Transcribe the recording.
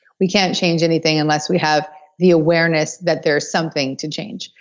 we can't change anything unless we have the awareness that there is something to change.